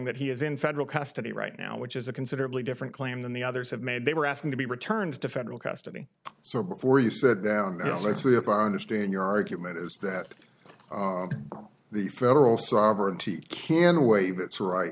that he is in federal custody right now which is a considerably different claim than the others have made they were asking to be returned to federal custody so before you said let's see if i understand your argument is that the federal sovereignty can waive that's right